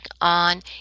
on